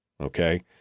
Okay